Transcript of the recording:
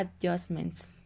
adjustments